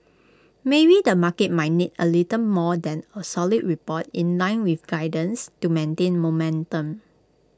maybe the market might need A little more than A solid report in nine with guidance to maintain momentum